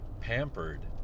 pampered